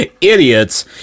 Idiots